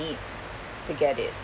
to get it